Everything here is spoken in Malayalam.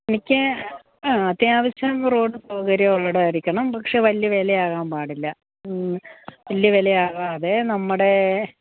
എനിക്ക് ആ അത്യാവശ്യം റോഡ് സൗകര്യം ഉള്ള ഇടമായിരിക്കണം പക്ഷേ വലിയ വില ആകാൻ പാടില്ല വലിയ വിലയാകാതെ നമ്മുടെ